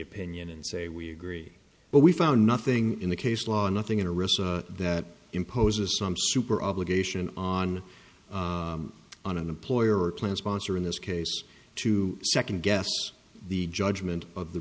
opinion and say we agree but we found nothing in the case law and nothing in a risk that imposes some super obligation on an employer or plan sponsor in this case to second guess the judgment of the